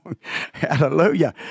Hallelujah